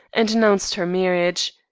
and announced her marriage.